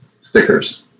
stickers